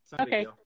Okay